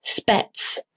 spets